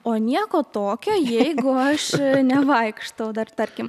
o nieko tokio jeigu aš nevaikštau dar tarkim